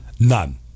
None